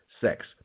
sex